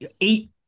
eight